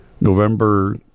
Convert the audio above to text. November